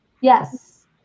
Yes